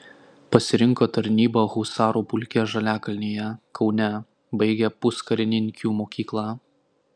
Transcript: pasirinko tarnybą husarų pulke žaliakalnyje kaune baigė puskarininkių mokyklą